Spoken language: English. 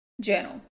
journal